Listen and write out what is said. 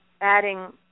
adding